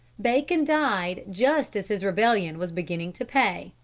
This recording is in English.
bacon died just as his rebellion was beginning to pay,